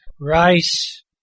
rice